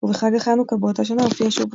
ובחג החנוכה באותה שנה, הופיעה שוב בפסטיגל.